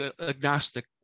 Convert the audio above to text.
agnostic